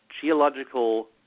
geological